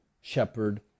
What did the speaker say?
shepherd